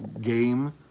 game